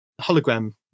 hologram